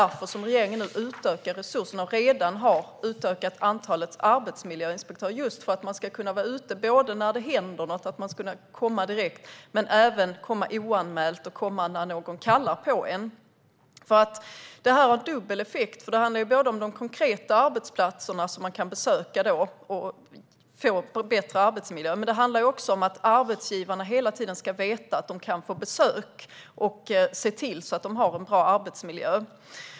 Regeringen utökar nu resurserna och har redan utökat antalet arbetsmiljöinspektörer just för att man ska kunna komma direkt när det händer något men även kunna komma oanmäld eller när någon kallar på en. Det här har dubbel effekt, för det handlar både om de konkreta arbetsplatserna som man kan besöka och där man kan bidra till att skapa en bättre arbetsmiljö, men det handlar också om att arbetsgivarna hela tiden ska veta att de kan få besök och se till att ha en bra arbetsmiljö.